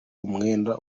umwenda